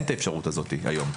אין את האפשרות הזאת היום,